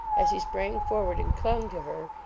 as he sprang forward and clung to her,